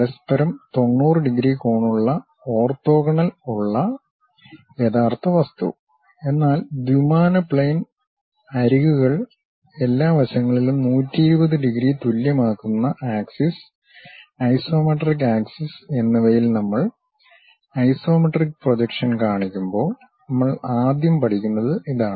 പരസ്പരം 90 ഡിഗ്രി കോണുള്ള ഓർത്തോഗണൽ ഉള്ള യഥാർത്ഥ വസ്തു എന്നാൽ ദ്വിമാന പ്ലെയിൻ അരികുകൾ എല്ലാ വശങ്ങളിലും 120 ഡിഗ്രി തുല്യമാക്കുന്ന ആക്സിസ് ഐസോമെട്രിക് ആക്സിസ് എന്നിവയിൽ നമ്മൾ ഐസോമെട്രിക് പ്രൊജക്ഷൻ കാണിക്കുമ്പോൾ നമ്മൾ ആദ്യം പഠിക്കുന്നത് ഇതാണ്